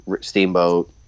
Steamboat